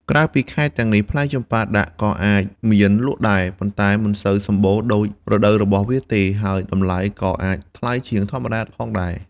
ក្រៅពីខែទាំងនេះ ផ្លែចម្ប៉ាដាក់ក៏អាចមានលក់ដែរ ប៉ុន្តែមិនសូវសម្បូរដូចរដូវរបស់វាទេ ហើយតម្លៃក៏អាចថ្លៃជាងធម្មតាផងដែរ។